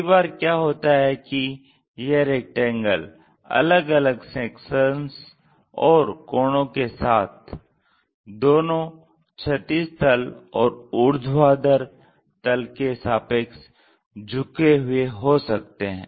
कई बार क्या होता है कि यह रैक्टेंगल अलग अलग सेक्शंस और कोणों के साथ दोनों क्षैतिज तल और ऊर्ध्वाधर तल के सापेक्ष झुके हुए हो सकते हैं